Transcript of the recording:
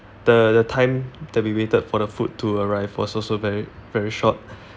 the the time that we waited for the food to arrive was also very very short